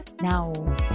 now